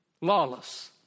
lawless